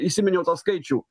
įsiminiau tą skaičių